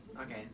Okay